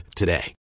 today